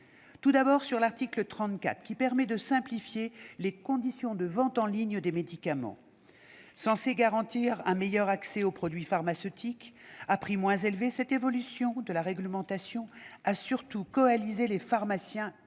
Tout d'abord, l'article 34 simplifie les conditions de vente en ligne des médicaments. Censée garantir un meilleur accès aux produits pharmaceutiques, à prix moins élevés, cette évolution de la réglementation a surtout coalisé les pharmaciens contre